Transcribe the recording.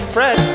Fred